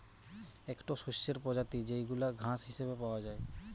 একটো শস্যের প্রজাতি যেইগুলা ঘাস হিসেবে পাওয়া যায়